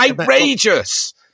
outrageous